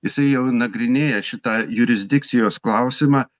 jisai jau nagrinėja šitą jurisdikcijos klausimą